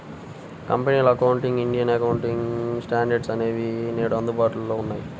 కంపెనీల accounting, Indian accounting standards అనేవి నేడు అందుబాటులో ఉన్నాయి